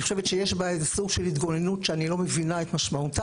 אני חושבת שיש בה איזה סוג של התגוננות שאני לא מבינה את משמעותה.